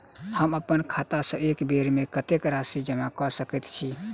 हम अप्पन खाता सँ एक बेर मे कत्तेक राशि जमा कऽ सकैत छी?